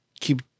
keep